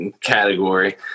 category